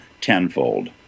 tenfold